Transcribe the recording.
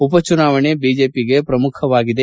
ಉಪ ಚುನಾವಣೆ ಬಿಜೆಪಿಗೆ ಪ್ರಮುಖವಾಗಿದೆ